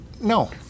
no